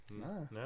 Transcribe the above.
No